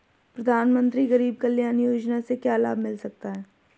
प्रधानमंत्री गरीब कल्याण योजना से क्या लाभ मिल सकता है?